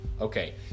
Okay